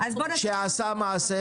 שעשה מעשה.